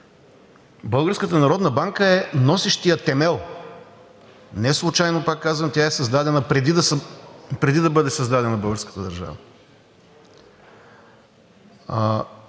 Българската народна банка е носещият темел. Неслучайно, пак казвам, тя е създадена, преди да бъде създадена българската държава.